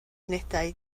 unedau